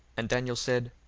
and daniel said,